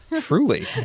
Truly